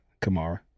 Kamara